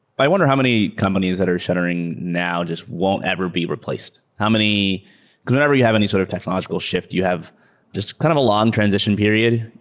i wonder how many companies that are shattering now just won't ever be replaced. how many because whenever you have any sort of technological shift, you have just kind of a long transition period.